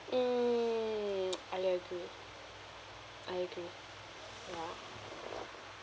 mm I agree I agree ya